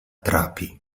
trapi